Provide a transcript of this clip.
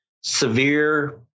severe